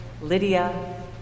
Lydia